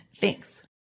Thanks